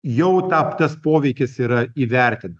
jau tap tas poveikis yra įvertin